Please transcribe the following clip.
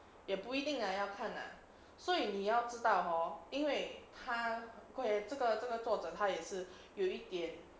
也不一定 lah 要看 lah 所以你要知道 hor 因为他这个这个作者他也是有一点